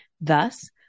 Thus